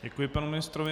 Děkuji panu ministrovi.